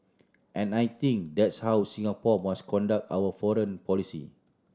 and I think that's how Singapore must conduct our foreign policy